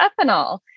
ethanol